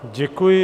Děkuji.